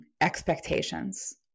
expectations